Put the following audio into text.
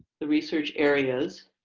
the research areas.